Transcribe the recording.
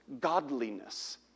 godliness